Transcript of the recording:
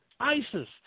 ISIS